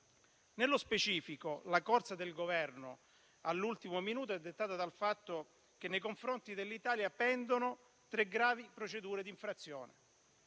Nello specifico, la corsa del Governo all'ultimo minuto è dettata dal fatto che nei confronti dell'Italia pendono tre gravi procedure di infrazione.